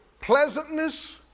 pleasantness